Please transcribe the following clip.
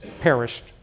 perished